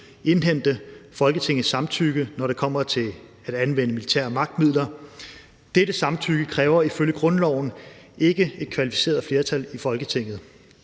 indhente Folketingets samtykke, når det kommer til at anvende militære magtmidler. Dette samtykke kræver ifølge grundloven ikke et kvalificeret flertal i Folketinget.